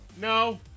No